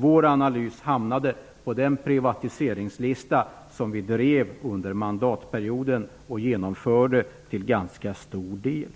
Vår analys hamnade på den privatiseringslista som vi drev under mandatperioden och genomförde till ganska stor del.